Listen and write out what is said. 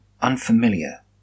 unfamiliar